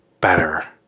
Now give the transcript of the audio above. Better